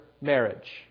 marriage